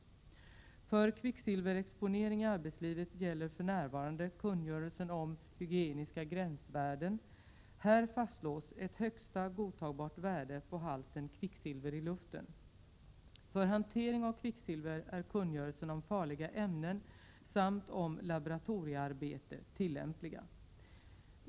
För kvicksilverexponering i arbetslivet gäller för närvarande kungörelsen om hygieniska gränsvärden, AFS 1984:5. Här fastslås ett högsta godtagbart värde på halten kvicksilver i luften. För hantering av kvicksilver är kungörelsen om Farliga ämnen, AFS 1985:17, samt om Laboratoriearbete, AFS 1987:14, tillämpliga.